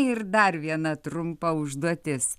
ir dar viena trumpa užduotis